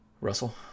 Russell